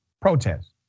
protest